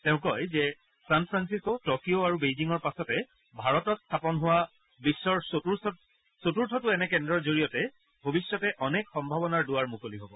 তেওঁ কয় যে ছানফ্ৰাপিছকো টকিঅ' আৰু বেইজিঙৰ পাছতে ভাৰতত স্থাপন হোৱা বিশ্বৰ চতুৰ্থটো এনে কেন্দ্ৰৰ জৰিয়তে ভৱিষ্যতে অনেক সম্ভাৱনাৰ দুৱাৰ মুকলি হ'ব